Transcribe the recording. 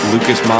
Lucas